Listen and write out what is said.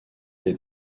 des